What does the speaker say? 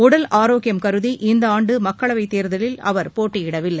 உடல் ஆரோக்கியம் கருதி இந்த ஆண்டு மக்களவை தேர்தலில் அவர் போட்டியிடவில்லை